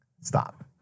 Stop